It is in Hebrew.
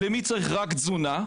למי שצריך רק תזונה,